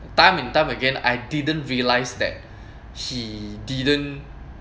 time and time again I didn't realise that he didn't